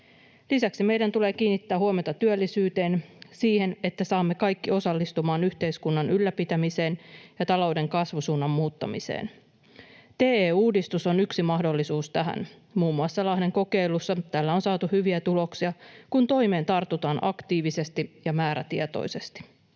Lisäksi meidän tulee kiinnittää huomiota työllisyyteen, siihen, että saamme kaikki osallistumaan yhteiskunnan ylläpitämiseen ja talouden kasvusuunnan muuttamiseen. TE-uudistus on yksi mahdollisuus tähän. Muun muassa Lahden kokeilussa tällä on saatu hyviä tuloksia, kun toimeen tartutaan aktiivisesti ja määrätietoisesti.